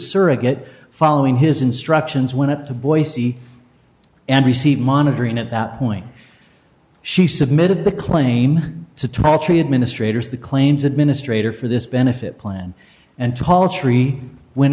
surrogate following his instructions went up to boise and receive monitoring at that point she submitted the claim to tall tree administrators the claims administrator for this benefit plan and tall tree when